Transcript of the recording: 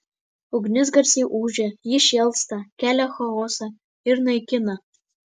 ugnis garsiai ūžia ji šėlsta kelia chaosą ir naikina